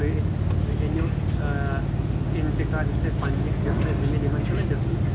تُہۍ أنِو تُہۍ أنِو انتقال یۄس تۄہہِ پننہِ یۄس تۄہہِ زٔمیٖن یِمن چھُ نا دِژمٕژ